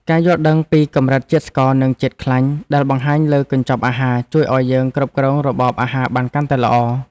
ការយល់ដឹងពីកម្រិតជាតិស្ករនិងជាតិខ្លាញ់ដែលបង្ហាញលើកញ្ចប់អាហារ ជួយឱ្យយើងគ្រប់គ្រងរបបអាហារបានកាន់តែល្អ។